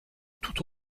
tout